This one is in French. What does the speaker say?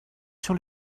sur